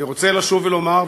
אני רוצה לשוב ולומר,